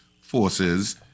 forces